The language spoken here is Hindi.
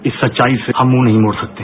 इस सच्चाई से हम मुंह नहीं मोड़ सकते